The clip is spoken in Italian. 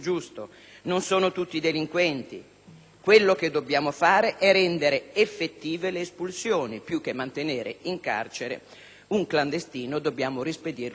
Quello che dobbiamo fare è rendere effettive le espulsioni: più che mantenere in carcere un clandestino dobbiamo rispedirlo a casa nel giro di pochi giorni.